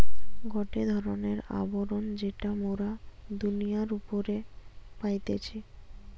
গটে ধরণের আবরণ যেটা মোরা দুনিয়ার উপরে পাইতেছি